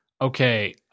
okay